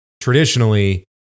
traditionally